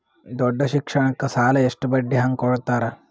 ದೊಡ್ಡ ಶಿಕ್ಷಣಕ್ಕ ಸಾಲ ಎಷ್ಟ ಬಡ್ಡಿ ಹಂಗ ಕೊಡ್ತಾರ?